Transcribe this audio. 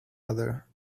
other